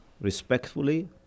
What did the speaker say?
respectfully